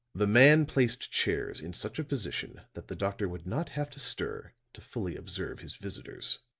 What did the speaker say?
the man placed chairs in such a position that the doctor would not have to stir to fully observe his visitors.